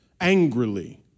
angrily